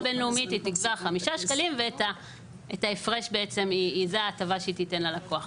בינלאומית היא תגבה 5 שקלים ואת ההפרש בעצם זו ההטבה שהיא תיתן ללקוח.